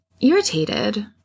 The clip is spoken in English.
irritated